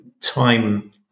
time